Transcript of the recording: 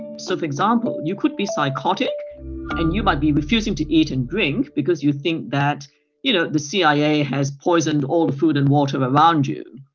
so, for example, you could be psychotic and you might be refusing to eat and drink because you think that you know the cia has poisoned all the food and water around you.